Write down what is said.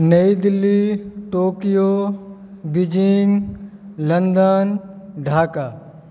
New Delhi Tokyo Beijing London Dhaka